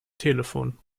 telefon